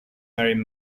marine